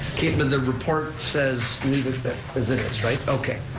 okay, but the report says leave it as it is, right, okay.